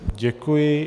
Děkuji.